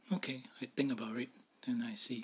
okay I think about it then I see